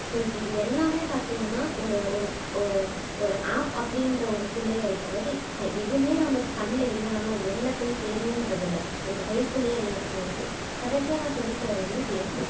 so இப்போ இது எல்லாமே பார்த்திங்கன்னா ஒரு ஒரு ஒரு ஒரு ஆப் அப்படின்ற ஒரு குள்ளேயே இருக்குது அதாவது கை எதுவுமே நம்ம கண்ணில் இல்லைன்னாலும் வெளியில் போய் தேடணுன்றது இல்லை நம்ம கைக்குள்ளேயே எல்லாம் இருக்கும் இருக்குது கடைசியாக நான் சொல்லிக்க வரது வந்து ஃபேஸ்புக்